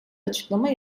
açıklama